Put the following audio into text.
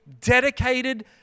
dedicated